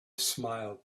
smiled